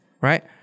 right